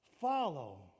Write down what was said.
Follow